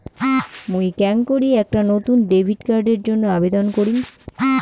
মুই কেঙকরি একটা নতুন ডেবিট কার্ডের জন্য আবেদন করিম?